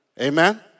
Amen